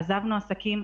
עזבנו עסקים,